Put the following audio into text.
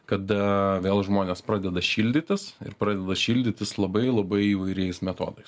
kada vėl žmonės pradeda šildytis ir pradeda šildytis labai labai įvairiais metodais